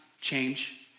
change